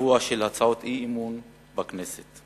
הקבוע של הצעות האי-אמון בכנסת.